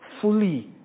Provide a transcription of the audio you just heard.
fully